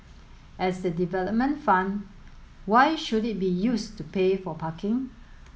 as a development fund why should it be used to pay for parking